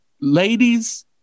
ladies